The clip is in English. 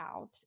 out